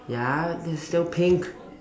ya that's still pink